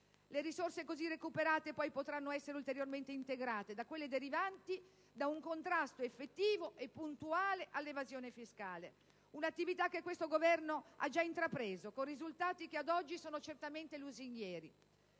Le risorse così recuperate potranno poi essere ulteriormente integrate da quelle derivanti da un contrasto effettivo e puntuale all'evasione fiscale, un'attività che questo Governo ha già intrapreso, con risultati che ad oggi sono certamente lusinghieri.